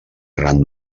gran